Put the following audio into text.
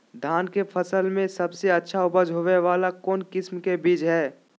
धान के फसल में सबसे अच्छा उपज होबे वाला कौन किस्म के बीज हय?